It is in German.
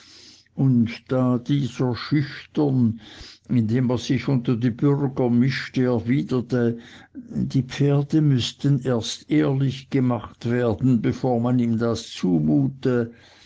und da dieser schüchtern indem er sich unter die bürger mischte erwiderte die pferde müßten erst ehrlich gemacht werden bevor man ihm das zumute